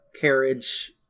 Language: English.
carriage